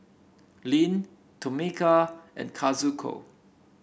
Lyn Tomeka and Kazuko